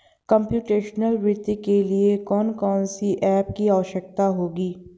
Computational वित्त के लिए कौन कौन सी एप की आवश्यकता होगी?